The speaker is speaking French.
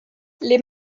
les